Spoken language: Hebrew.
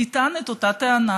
יטען את אותה טענה,